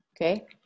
okay